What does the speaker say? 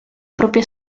propria